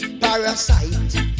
Parasite